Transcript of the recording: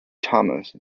thomas